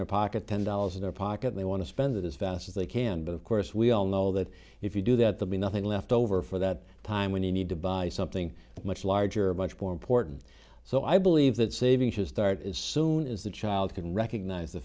their pocket ten dollars in their pocket they want to spend it as fast as they can but of course we all know that if you do that they'll be nothing left over for that time when you need to buy something much larger much more important so i believe that savings should start as soon as the child can recognize the